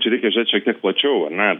čia reikia žiūrėt šiek tiek plačiau ar ne